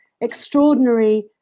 extraordinary